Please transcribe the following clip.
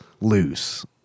loose